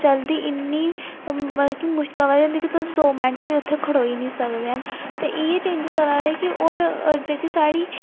चलदी इन्नी मतलब कि मुशक आबा दी होंदी की तुस दो मैंट बी उत्थै खलोई निं सकदी ते इ'यै चेंजिंस आबा दे की होर जेह्की साढ़ी